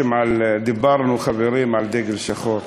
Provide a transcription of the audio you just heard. חברים, דיברנו על דגל שחור.